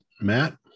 Matt